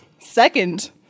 Second